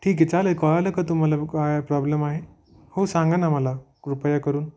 ठीक आहे चाले कळालं का तुम्हाला काय प्रॉब्लम आहे हो सांगा ना मला कृपया करून